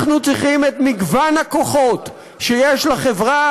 אנחנו צריכים את מגוון הכוחות שיש בחברה